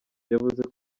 yavuze